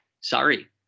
Sorry